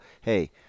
hey